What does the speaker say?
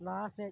ᱞᱟᱦᱟ ᱥᱮᱫ